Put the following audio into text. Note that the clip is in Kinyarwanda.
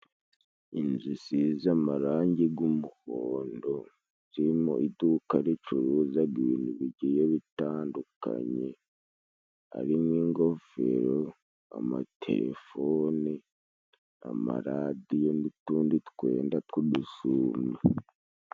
Inzu isize amarangi g'umuhodo zirimo iduka ricuruzaga ibintu bigiye bitandukanye, ari n'ingofero, amatefoni, amaradiyo n'utundi twenda tw'udusunzu.